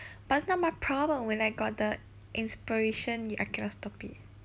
but not my problem when I got the inspiration I cannot stop it